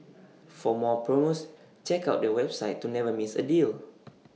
for more promos check out their website to never miss A deal